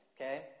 okay